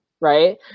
right